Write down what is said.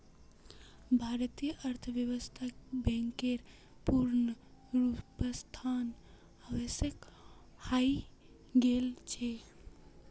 भारतीय अर्थव्यवस्थात बैंकेर पुनरुत्थान आवश्यक हइ गेल छ